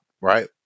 right